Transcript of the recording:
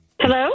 Hello